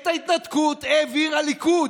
את ההתנתקות העביר הליכוד.